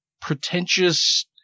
pretentious